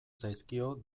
zaizkio